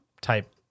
type